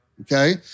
okay